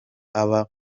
aba